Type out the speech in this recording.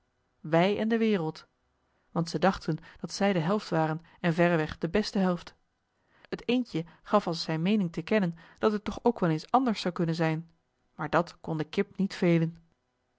wij en de wereld want zij dachten dat zij de helft waren en verreweg de beste helft het eendje gaf als zijn meening te kennen dat het toch ook wel eens anders zou kunnen zijn maar dat kon de kip niet velen